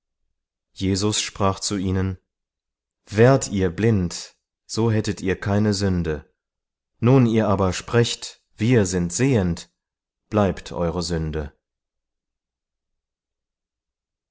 jesus sprach zu ihnen wärt ihr blind so hättet ihr keine sünde nun ihr aber sprecht wir sind sehend bleibt eure sünde